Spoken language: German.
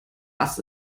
ass